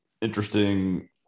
interesting